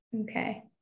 Okay